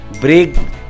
break